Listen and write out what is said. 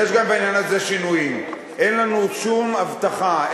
אין לנו שום הבטחה,